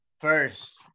First